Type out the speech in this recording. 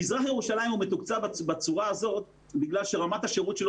מזרח ירושלים מתוקצב בצורה הזו בגלל שרמת השירות שלנו